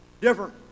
Different